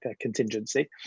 contingency